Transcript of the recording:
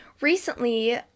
recently